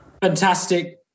Fantastic